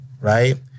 right